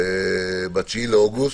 ב-9 באוגוסט.